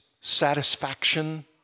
satisfaction